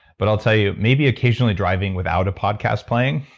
but, i'll tell you, maybe occasionally driving without a podcast playing